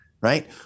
right